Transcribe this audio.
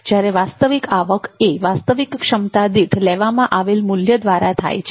જ્યારે વાસ્તવિક આવક એ વાસ્તવિક ક્ષમતા દીઠ લેવામાં આવેલ મૂલ્ય દ્વારા થાય છે